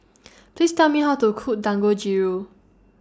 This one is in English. Please Tell Me How to Cook Dangojiru